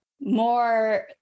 more